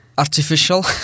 artificial